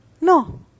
No